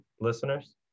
listeners